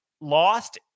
lost